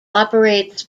operates